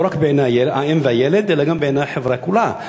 לא רק בעיני האם והילד אלא גם בעיני החברה כולה,